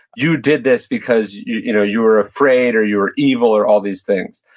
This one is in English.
you did this because you know you're afraid or you're evil or all these things.